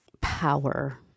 power